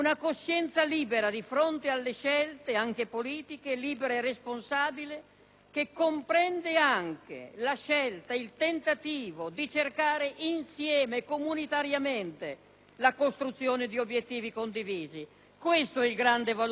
che comprende anche la scelta, il tentativo di cercare insieme, comunitariamente, la costruzione di obiettivi condivisi. Questo è il grande valore della politica: dentro il Partito Democratico, in quest'Aula e nel Paese.